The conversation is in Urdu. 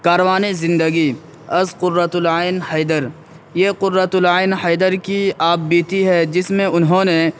کاروانِ زندگی از قرۃ العین حیدر یہ قرۃ العین حیدرکی آپ بیتی ہے جس میں انہوں نے